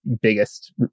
biggest